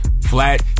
flat